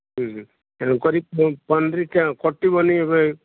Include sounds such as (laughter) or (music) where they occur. ତେଣୁ କରି (unintelligible) କଟିବନି ଏବେ